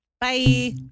Bye